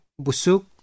Busuk